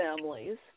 families